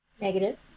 negative